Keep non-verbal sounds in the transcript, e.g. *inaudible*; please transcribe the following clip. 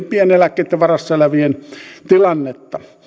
*unintelligible* pieneläkkeitten varassa elävien eläkeläisten tilannetta